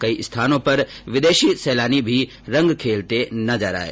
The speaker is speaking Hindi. कई स्थानों पर विदेशी सैलानी भी रंग खेलते नजर आये